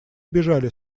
бежали